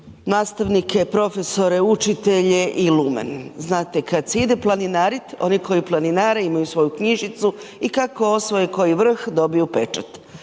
nastavnike, profesore, učitelje i lumen, znate kad se ide planinarit, oni koji planinare imaju svoju knjižicu i kako osvoje koji vrh dobiju pečat.